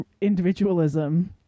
Individualism